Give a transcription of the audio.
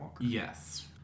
Yes